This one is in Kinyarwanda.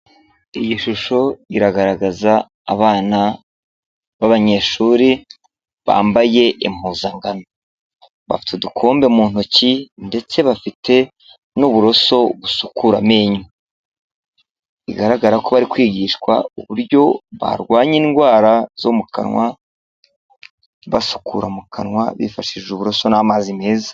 Iyi shusho iragaragaza abana b'abanyeshuri bambaye impuzano, bafite udukombe mu ntoki ndetse bafite n'uburoso busukura amenyo, bigaragara ko bari kwigishwa uburyo barwanya indwara zo mu kanwa basukura mu kanwa bifashishije uburoso n'amazi meza.